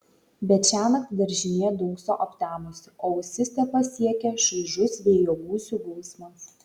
bet šiąnakt daržinė dunkso aptemusi o ausis tepasiekia šaižus vėjo gūsių gausmas